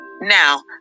Now